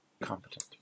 competent